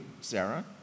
Sarah